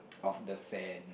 of the sand